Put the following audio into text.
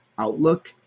Outlook